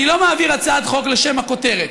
אני לא מעביר הצעת חוק לשם הכותרת.